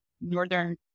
northern